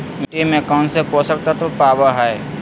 मिट्टी में कौन से पोषक तत्व पावय हैय?